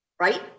Right